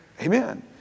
Amen